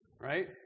right